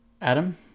Adam